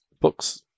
books